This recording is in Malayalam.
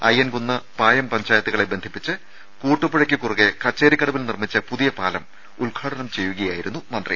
അയ്യൻകുന്ന് പായം പഞ്ചായത്തുകളെ ബന്ധിപ്പിച്ച് കൂട്ടുപുഴയ്ക്ക് കുറുകെ കച്ചേരിക്കടവിൽ നിർമ്മിച്ച പുതിയ പാലം ഉദ്ഘാടനം ചെയ്യുകയായിരുന്നു മന്ത്രി